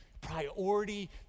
priority